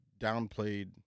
downplayed